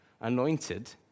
anointed